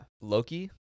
Loki